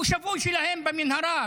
הוא שבוי שלהם במנהרה,